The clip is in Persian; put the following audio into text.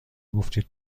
گفتید